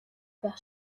байх